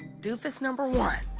doofus number one,